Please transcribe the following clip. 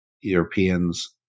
europeans